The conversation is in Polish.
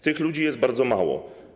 Tych ludzi jest bardzo mało.